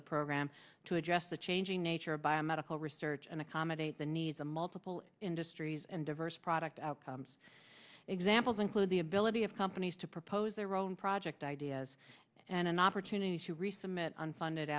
the program to address the changing nature of biomedical research and accommodate the needs a multiple industry and diverse product outcomes examples include the ability of companies to propose their own project ideas and an opportunity to resubmit unfunded